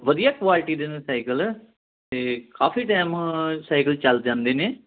ਵਧੀਆ ਕੁਆਲਟੀ ਦੇ ਨੇ ਸਾਈਕਲ ਤਾਂ ਕਾਫ਼ੀ ਟਾਇਮ ਸਾਈਕਲ ਚੱਲ ਜਾਂਦੇ ਨੇ